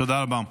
תודה רבה.